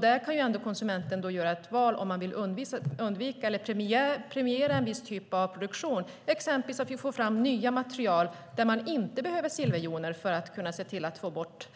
Där kan konsumenten ändå göra ett val om man vill undvika eller premiera en viss typ av produktion, så att vi får fram nya material där man inte behöver silverjoner för att få bort